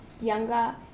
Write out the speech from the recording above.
younger